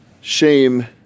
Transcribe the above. shame